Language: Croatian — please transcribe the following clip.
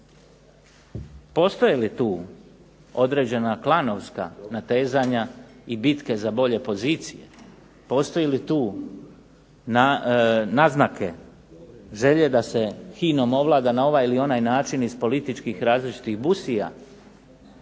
Postoje li tu određena klanovska natezanja i bitke za bolje pozicije, postoji li tu naznake, želje da se HINA-om ovlada na ovaj ili onaj način iz političkih različitih busija